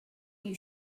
you